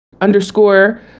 underscore